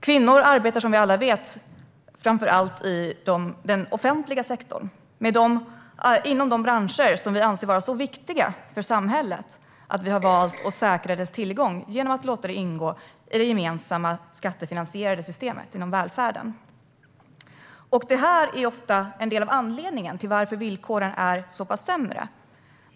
Kvinnor arbetar, som vi alla vet, framför allt i den offentliga sektorn inom de branscher som vi anser vara så viktiga för samhället att vi har valt att säkra tillgången till dem genom att låta dem ingå i det gemensamma, skattefinansierade systemet inom välfärden. Detta är ofta en del av anledningen till att villkoren är så pass mycket sämre.